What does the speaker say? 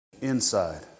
Inside